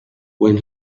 when